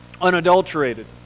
unadulterated